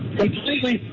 completely